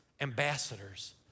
ambassadors